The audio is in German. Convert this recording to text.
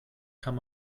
kann